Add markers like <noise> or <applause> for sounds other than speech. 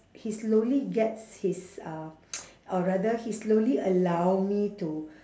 he slowly gets his uh <noise> or rather he slowly allow me to